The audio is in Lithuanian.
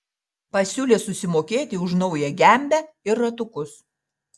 pasiūlė susimokėti už naują gembę ir ratukus